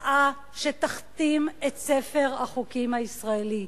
הצעה שתכתים את ספר החוקים הישראלי,